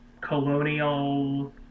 colonial